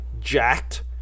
jacked